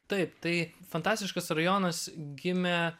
taip tai fantastiškas rajonas gimė